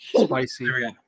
Spicy